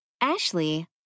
Ashley